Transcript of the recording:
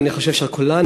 ואני חושב של כולנו,